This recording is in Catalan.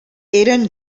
eren